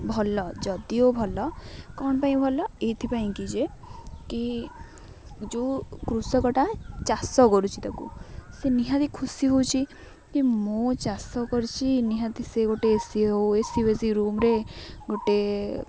ଭଲ ଯଦିଓ ଭଲ କ'ଣ ପାଇଁ ଭଲ ଏଇଥିପାଇଁକି ଯେ କି ଯେଉଁ କୃଷକଟା ଚାଷ କରୁଛି ତାକୁ ସେ ନିହାତି ଖୁସି ହେଉଛି କି ମୁଁ ଚାଷ କରିଛି ନିହାତି ସେ ଗୋଟେ ଏ ସି ହଉ ଏସି ବସି ରୁମ୍ରେ ଗୋଟେ